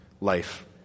life